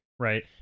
Right